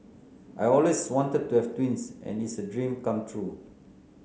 I always wanted to have twins and it's a dream come true